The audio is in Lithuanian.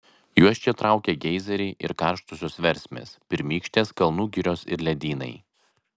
juos čia traukia geizeriai ir karštosios versmės pirmykštės kalnų girios ir ledynai